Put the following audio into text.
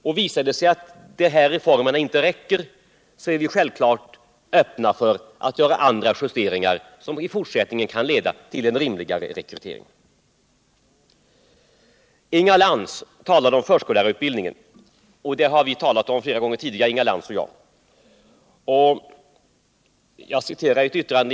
Om det inte räcker med dessa reformer, så är vi självklart öppna för ytterligare justeringar, som i fortsättningen kan leda till en rimligare rekrytering. Inga Lantz talade om förskollärarutbildningen, och den har Inga Lantz och jag diskuterat flera gånger tidigare.